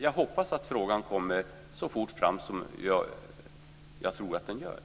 Jag vill tro att frågan bereds så fort som jag hoppas blir fallet.